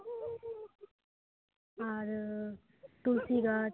ᱟᱨ ᱛᱩᱞᱥᱤ ᱜᱟᱪᱷ